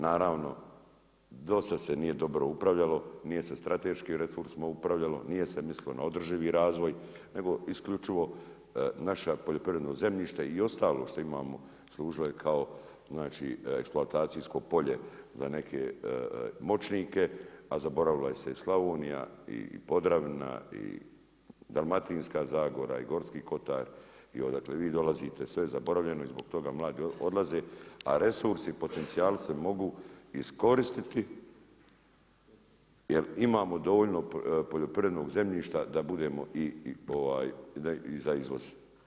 Naravno do sada se nije dobro upravljalo, nije se strateškim resursima upravljalo, nije se mislilo na održivi razlog nego isključivo naše poljoprivredno zemljište i ostalo što imamo služilo je kao znači eksploatacijsko polje za neke moćnike a zaboravila se i Slavonija i Podravina i Dalmatinska zagora i Gorski kotar i odakle vi dolazite, sve je zaboravljeno i zbog toga mladi odlaze a resursi i potencijali se mogu iskoristiti jer imamo dovoljno poljoprivrednog zemljišta da budemo, i za izvoz.